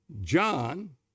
John